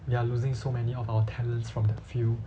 they are losing so many of our talents from the field